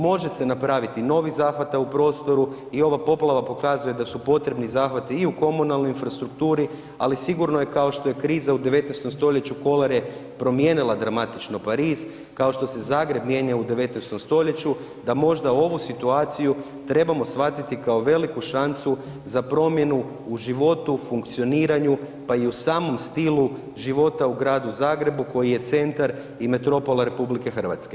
Može se napraviti i novih zahvata u prostoru i ova poplava pokazuje da su potrebni zahvati i u komunalnoj infrastrukturi, ali sigurno je kao što je kriza u 19. stoljeću kolere promijenila dramatično Pariz, kao što se Zagreb mijenja u 19. stoljeću da možda ovu situaciju trebamo shvatiti kao veliku šansu za promjenu u životu, funkcioniranju pa i u samom stilu života u Gradu Zagrebu koji je centra i metropola RH.